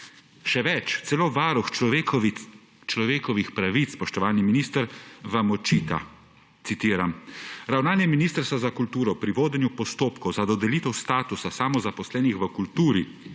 Še več, celo Varuh človekovih pravic, spoštovani minister, vam očita, citiram: »Ravnanje Ministrstva za kulturo pri vodenju postopkov za dodelitev statusa samozaposlenih v kulturi